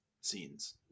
scenes